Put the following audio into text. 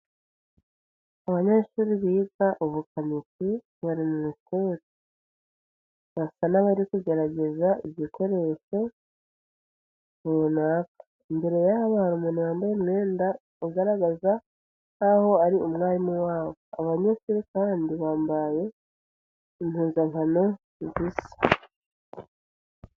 Abanyeshuri biga ubukanishi bari mu ishuri, barasa n'abari kugerageza igikoresho runaka, imbere yabo hari umuntu wambaye umwenda ugaragaza nkaho ari umwarimu wabo, abanyeshuri kandi bambaye impuzankano zisa.